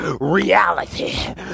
reality